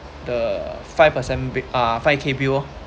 the five percent bi~ five K bill oh